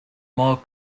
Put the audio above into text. more